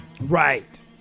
Right